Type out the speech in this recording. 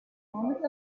moment